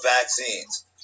vaccines